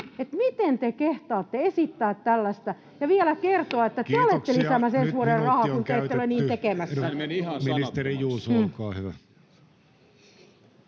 miten te kehtaatte esittää tällaista ja vielä kertoa, että te olette lisäämässä ensi vuodelle rahaa, kun te ette ole niin tekemässä?